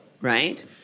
right